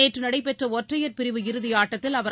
நேற்று நடைபெற்ற ஒற்றையர் பிரிவு இறுதியாட்டத்தில் அவர்